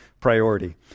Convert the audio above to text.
priority